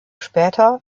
später